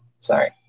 Sorry